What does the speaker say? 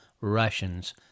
Russians